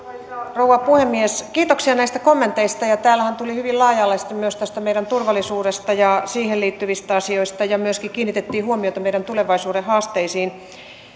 rouva puhemies kiitoksia näistä kommenteista täällähän tuli hyvin laaja alaisesti myös tästä meidän turvallisuudesta ja siihen liittyvistä asioista ja myöskin kiinnitettiin huomiota meidän tulevaisuuden haasteisiin